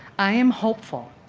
i am hopeful.